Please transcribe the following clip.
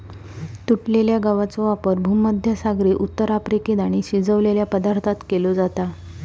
तुटलेल्या गवाचो वापर भुमध्यसागरी उत्तर अफ्रिकेत आणि शिजवलेल्या पदार्थांत केलो जाता